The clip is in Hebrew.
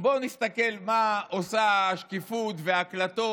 בואו נסתכל מה עושים לנו השקיפות וההקלטות